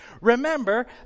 remember